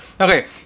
Okay